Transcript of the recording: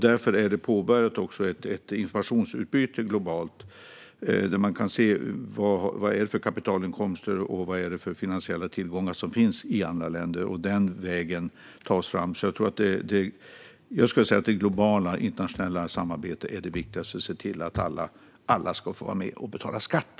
Därför har man också påbörjat ett informationsutbyte globalt där man kan se vad det är för kapitalinkomster och finansiella tillgångar som finns i andra länder, och den vägen kan vi ta oss fram. Jag skulle säga att det globala, internationella samarbetet är det viktigaste för att se till att alla ska få vara med och betala skatt.